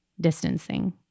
distancing